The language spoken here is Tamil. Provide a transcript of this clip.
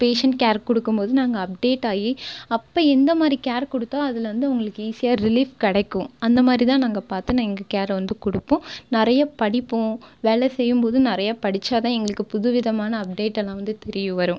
பேஷண்ட் கேர் கொடுக்கும் போது நாங்கள் அப்டேட்டாகி அப்போ எந்த மாதிரி கேர் கொடுத்தா அதுலிருந்து உங்களுக்கு ஈஸியாக ரிலீஃப் கிடைக்கும் அந்த மாதிரி தான் நாங்கள் பார்த்து நாங்கள் எங்கள் கேரை வந்து கொடுப்போம் நிறைய படிப்போம் வேலை செய்யும் போது நிறைய படித்தா தான் எங்களுக்கு புதுவிதமான அப்டேட் எல்லாம் வந்து தெரிய வரும்